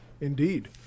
Indeed